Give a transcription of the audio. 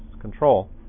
control